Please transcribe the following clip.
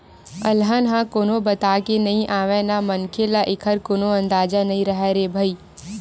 अलहन ह कोनो बताके नइ आवय न मनखे ल एखर कोनो अंदाजा नइ राहय रे भई